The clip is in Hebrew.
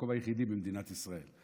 המקום היחיד במדינת ישראל.